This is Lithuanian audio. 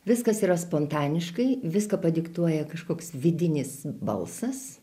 viskas yra spontaniškai viską padiktuoja kažkoks vidinis balsas